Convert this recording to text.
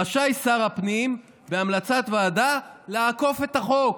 רשאי שר הפנים בהמלצת ועדה לעקוף את החוק.